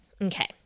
Okay